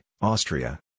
Austria